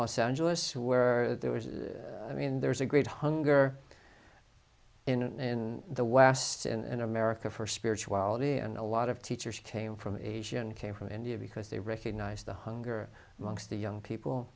los angeles where there was i mean there's a great hunger in the west in america for spirituality and a lot of teachers came from asia and came from india because they recognised the hunger amongst the young people